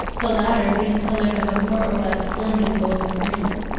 the latter being coloured of a more or less splendid golden-green.